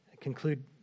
conclude